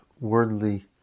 worldly